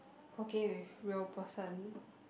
working with real person